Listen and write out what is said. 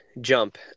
jump